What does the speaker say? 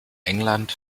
england